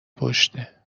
پشته